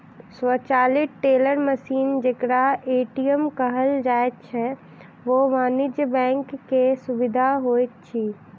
स्वचालित teller machine जेकरा ATM कहल जाइत छै, ओ वाणिज्य बैंक के सुविधा होइत अछि